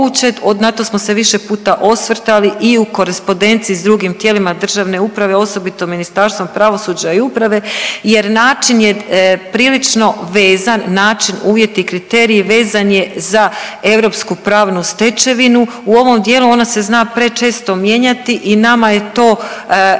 na to smo se više puta osvrtali i u korespondenciji s drugim tijelima državne upravo osobito Ministarstvom pravosuđa i uprave jer način je prilično vezan, način, uvjeti, kriteriji vezan je za europsku pravnu stečevinu. U ovom dijelu ona se zna prečesto mijenjati i nama je to nama